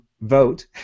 Vote